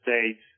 states